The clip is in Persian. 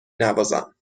نوازم